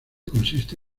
consiste